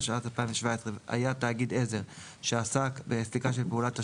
התשע"ז-2017‏ והיה תאגיד עזר שעסק בסליקה של פעולת תשלום".